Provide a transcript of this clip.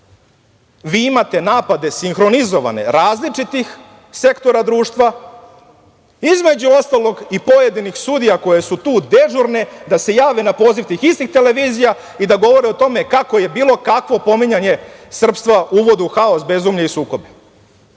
vi imate sinhronizovane napade različitih sektora društva, između ostalog i pojedinih sudija koje su tu dežurne da se jave na poziv tih istih televizija i da govore o tome kako je bilo kakvo pominjanje srpstva uvod u haos, bezumlje i sukobe.A